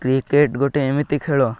cricket ଗୋଟେ ଏମିତି ଖେଳ